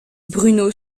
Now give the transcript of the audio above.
bruno